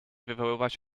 wywołać